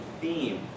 theme